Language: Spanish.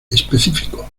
específico